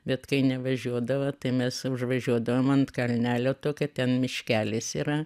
bet kai nevažiuodavo tai mes užvažiuodavom ant kalnelio tokio ten miškelis yra